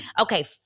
Okay